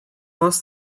lost